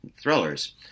thrillers